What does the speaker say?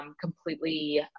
completely